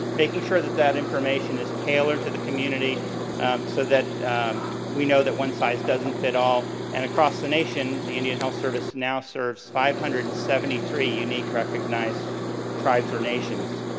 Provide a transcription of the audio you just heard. making sure that that information is tailored to the community so that we know that one size doesn't fit all. and across the nation, the indian health service now serves five hundred and seventy three unique recognized tribes or nations.